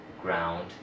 ground